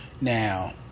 Now